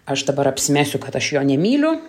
aš dabar apsimesiu kad aš jo nemyliu